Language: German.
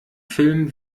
filmen